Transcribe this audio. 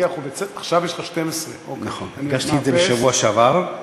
עכשיו יש לך 12. אני הגשתי את זה בשבוע שעבר,